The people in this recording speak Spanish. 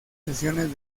sesiones